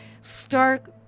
stark